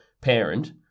parent